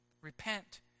Repent